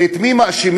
ואת מי מאשימים?